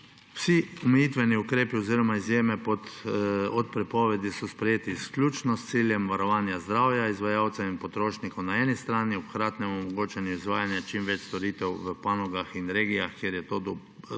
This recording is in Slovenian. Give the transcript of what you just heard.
Vsi omejitveni ukrepi oziroma izjeme od prepovedi so sprejeti izključno s ciljem varovanja zdravja izvajalca in potrošnika na eni strani, ob hkratnem omogočanju izvajanja čim več storitev v panogah in regijah, kjer je to